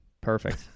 Perfect